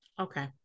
Okay